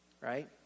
right